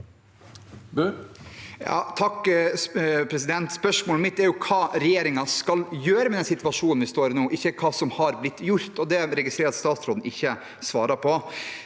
(H) Spørsmålet mitt er hva regjeringen skal gjøre med den situasjonen vi står i nå, ikke hva som har blitt gjort, og det registrerer jeg at statsråden ikke svarer på.